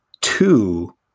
Two